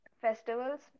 festivals